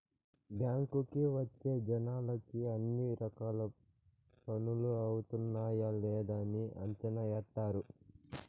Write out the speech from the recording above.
బ్యాంకుకి వచ్చే జనాలకి అన్ని రకాల పనులు అవుతున్నాయా లేదని అంచనా ఏత్తారు